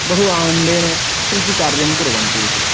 बहु आनन्देन कृषिकार्यं कुर्वन्ति इति